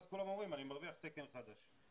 אז כולם אומרים: אני מרוויח תקן חדש.